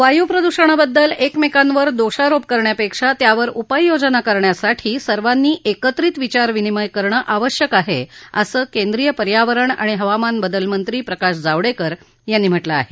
वायू प्रदूषणाबद्दल एकमेकांवर दोषारोप करण्यापेक्षा त्यावर उपाययोजना करण्यासाठी सर्वांनी एकत्रित विचार विनीमय करणं आवश्यक आहे असं केंद्रीय पर्यावरण आणि हवामान बदल मंत्री प्रकाश जावडेकर यांनी म्हटलं आहे